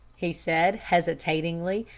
he said, hesitatingly,